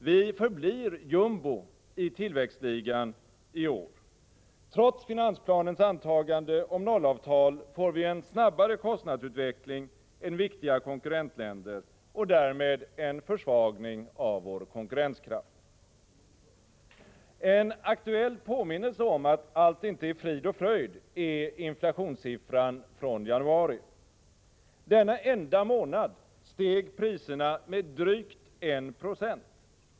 Vi förblir jumbo i tillväxtligan i år. Trots finansplanens antagande om nollavtal får vi en snabbare kostnadsutveckling än viktiga konkurrentländer och därmed en försämring av vår konkurrenskraft. En aktuell påminnelse om att allt inte är frid och fröjd är inflationssiffran från januari. Under denna enda månad steg priserna med drygt 1 9.